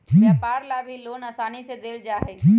व्यापार ला भी लोन आसानी से देयल जा हई